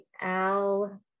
Al